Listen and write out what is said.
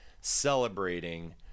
celebrating